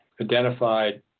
identified